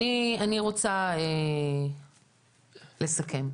אני רוצה לסכם.